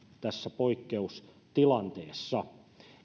tässä poikkeustilanteessa